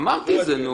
אמרתי את זה.